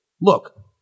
look